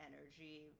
energy